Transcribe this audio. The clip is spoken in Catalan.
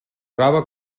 rave